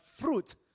fruit